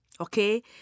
okay